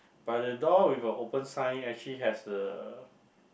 but the door with a open sign actually has a